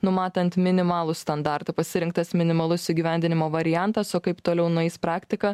numatant minimalų standartą pasirinktas minimalus įgyvendinimo variantas o kaip toliau nueis praktika